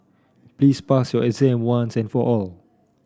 please pass your exam once and for all